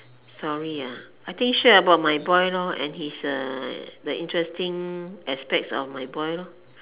sorry ah I think share about my boy lor and his uh the interesting aspects of my boy lor